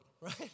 right